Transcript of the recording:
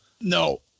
No